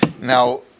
Now